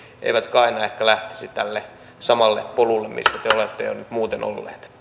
eivätkä aina ehkä lähtisi tälle samalle polulle missä te olette jo nyt muuten olleet